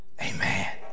Amen